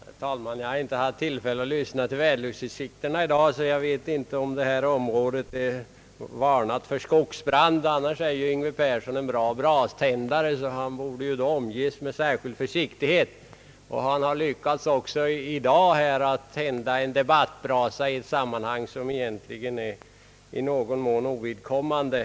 Herr talman! Jag har inte haft tillfälle att lyssna till väderleksutsikterna i dag, så jag vet inte om detta område är varnat med risk för skogsbrand. Annars är ju herr Yngve Persson en duktig braständare som borde omges med stor försiktighet. Han har i dag lyckats tända en debattbrasa som egentligen i någon mån är ovidkommande.